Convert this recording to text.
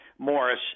Morris